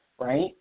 right